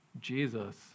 Jesus